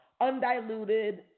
undiluted